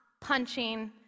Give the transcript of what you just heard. punching